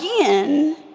again